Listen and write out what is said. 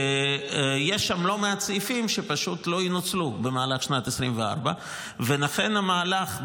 ויש שם לא מעט סעיפים שפשוט לא ינוצלו במהלך שנת 2024. לכן המהלך,